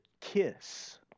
kiss